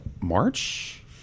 March